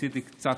ניסיתי קצת,